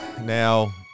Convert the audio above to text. Now